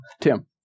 Tim